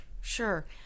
sure